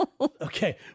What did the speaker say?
Okay